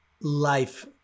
life